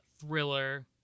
thriller